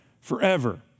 forever